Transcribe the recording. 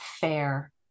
fair